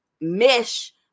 mesh